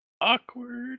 Awkward